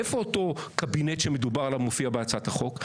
איפה אותו קבינט שמדובר עליו מופיע בהצעת החוק?